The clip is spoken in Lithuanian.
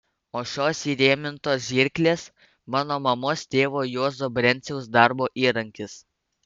o šios įrėmintos žirklės mano mamos tėvo juozo brenciaus darbo įrankis